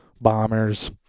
bombers